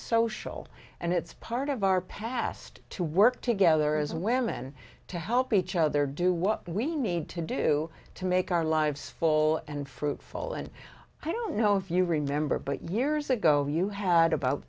social and it's part of our past to work together as women to help each other do what we need to do to make our lives full and fruitful and i don't know if you remember but years ago you had about